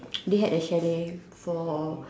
they had a chalet for